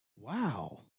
wow